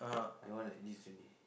that one like this only